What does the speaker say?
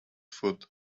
foot